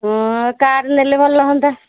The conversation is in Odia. କାର୍ ନେଲେ ଭଲ ହୁଅନ୍ତା